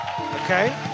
okay